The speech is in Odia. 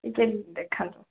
ଟିକେ ଦେଖାନ୍ତୁ